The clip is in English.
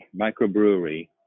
microbrewery